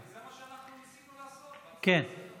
זה מה שניסינו לעשות בהצעה לסדר-היום.